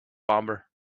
bomber